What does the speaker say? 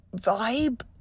vibe